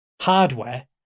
hardware